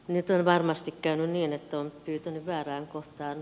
nyt ei varmasti käy niin että on pyytänyt väärään kohtaan